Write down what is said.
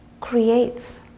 creates